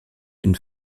une